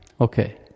Okay